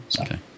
okay